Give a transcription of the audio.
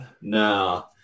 No